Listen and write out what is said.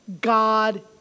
God